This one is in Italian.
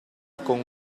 con